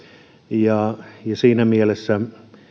ja siinä mielessä